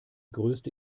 größte